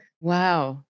wow